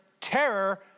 terror